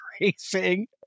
racing